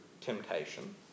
temptation